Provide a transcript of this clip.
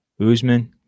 Usman